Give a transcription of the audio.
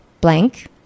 blank